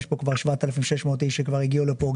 שיש פה כבר 7,600 איש שכבר הגיעו לפה,